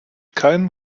keinen